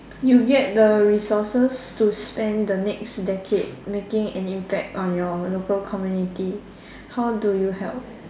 you get the resources to spend the next decade making an impact on your local community how do you help